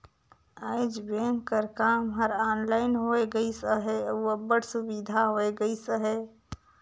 आएज बेंक कर काम हर ऑनलाइन होए गइस अहे अउ अब्बड़ सुबिधा होए गइस अहे